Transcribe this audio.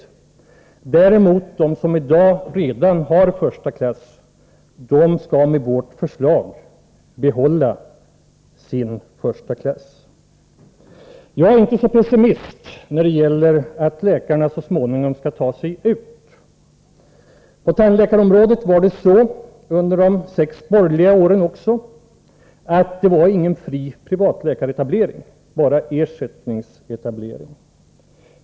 Med vårt förslag däremot skall de som i dag redan har första klass få behålla den. Jag är inte pessimistisk när det gäller möjligheterna att läkarna så småningom skall ta sig ut. På tandläkarområdet fanns det inte — inte heller under de sex borgerliga åren — någon fri privattandläkaretablering, bara ersättningsetablering.